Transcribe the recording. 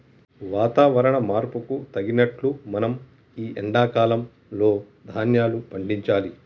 వాతవరణ మార్పుకు తగినట్లు మనం ఈ ఎండా కాలం లో ధ్యాన్యాలు పండించాలి